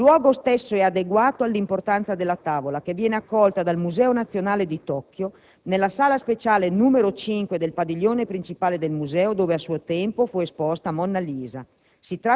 Il luogo stesso è adeguato all'importanza della tavola, che viene accolta dal Museo Nazionale di Tokyo nella sala speciale n. 5 del padiglione principale del Museo, dove a suo tempo fu esposta «Monna Lisa».